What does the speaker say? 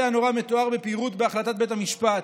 הנורא מתואר בפירוט בהחלטת בית המשפט.